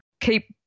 keep